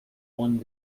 one